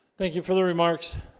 thank you for the remarks